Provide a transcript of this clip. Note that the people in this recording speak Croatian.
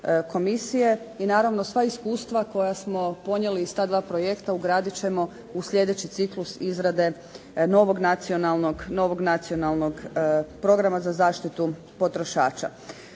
Komisije i naravno sva iskustva koja smo ponijeli iz ta dva projekta ugradit ćemo u slijedeći ciklus izgrade novog nacionalnog programa za zaštitu potrošača.